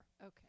Okay